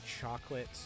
chocolate